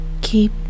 Keep